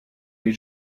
les